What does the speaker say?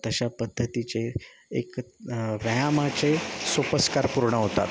तशा पद्धतीचे एक व्यायामाचे सोपस्कार पूर्ण होतात